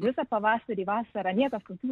visą pavasarį vasarą niekas tokių